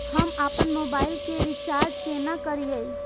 हम आपन मोबाइल के रिचार्ज केना करिए?